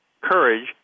courage